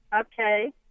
Okay